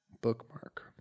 Bookmark